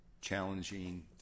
challenging